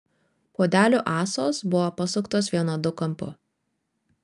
puodelių ąsos buvo pasuktos vienodu kampu